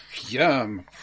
yum